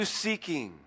seeking